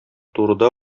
турыда